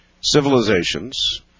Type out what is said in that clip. civilizations